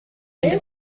ende